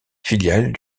filiale